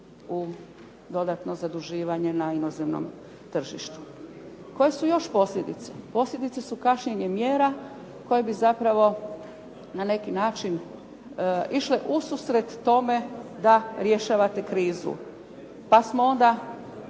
u dodatno zaduživanje na inozemnom tržištu. Koje su još posljedice? Posljedice su kašnjenje mjera koje bi zapravo na neki način išle u susret tome da rješavate krizu. Pa smo onda